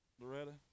Loretta